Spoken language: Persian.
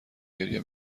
گریه